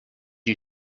you